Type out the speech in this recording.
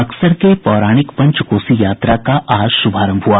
बक्सर के पौराणिक पंचकोसी यात्रा का आज शुभारंभ हुआ